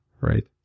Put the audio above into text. right